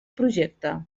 projecte